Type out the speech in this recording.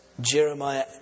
Jeremiah